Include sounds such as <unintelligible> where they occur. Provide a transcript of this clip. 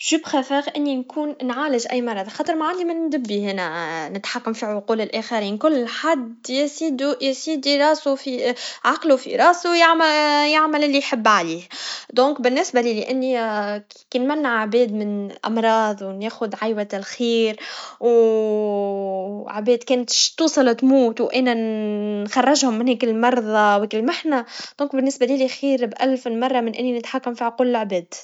أنا بفضل إني نكون نعالج أي مرض, خاطر معادي ن دبي هنا نتحكم الآخرين, كل حد <unintelligible> عقلو في راسو يعم- يعمل اللي بحب عليه, لذا بالنسبا لي لاني كي نمنع عباد من أمراض, وناحد حيوة الخير, <hesitation> عباد كنت شتوصل تموت, وأنا نخرجهم من هيك المرض, وتلمحنا توك بالنسبا ليلي خير بالفين مرا, من إني نتحكم بعقول العباد.